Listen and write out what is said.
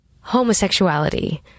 Homosexuality